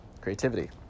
creativity